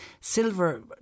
silver